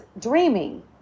dreaming